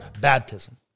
baptism